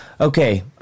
Okay